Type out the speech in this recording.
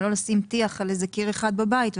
או לא לשים טיח על קיר אחד בבית,